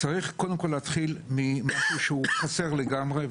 צריך להתחיל ממשהו שהוא חסר לגמרי,